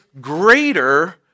greater